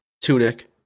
Tunic